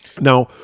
Now